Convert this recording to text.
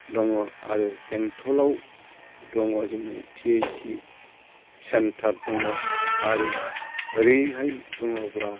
दङ आरो बेंथलाव दङ जोंनि पि ओइत्स सि सेन्टार दङ आरो ओरैहाय दङब्ला